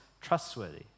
trustworthy